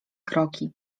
kroki